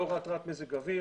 לאור התרעת מזג אוויר,